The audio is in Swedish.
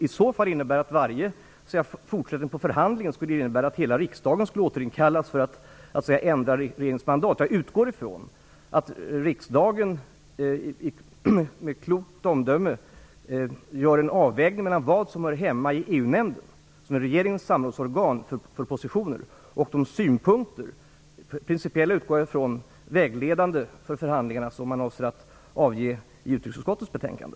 I så fall skulle varje fortsättning på förhandlingen innebära att hela riksdagen återinkallas för att ändra regeringens mandat. Jag utgår från att riksdagen med klokt omdöme gör en avvägning mellan vad som hör hemma i EU nämnden, regeringens samrådsorgan för positioner, och de synpunkter - principiella, utgår jag från, och vägledande för förhandlingarna - som man avser att avge i utrikesutskottets betänkande.